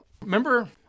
Remember